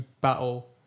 battle